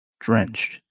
drenched